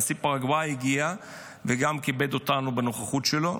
נשיא פרגוואי הגיע אליו וכיבד אותנו בנוכחות שלו.